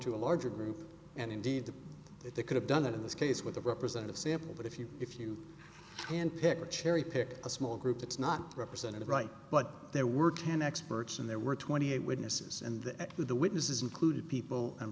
to a larger group and indeed if they could have done it in this case with a representative sample but if you if you can pick a cherry pick a small group it's not representative right but there were ten experts and there were twenty eight witnesses and that with the witnesses included people i'm